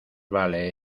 vale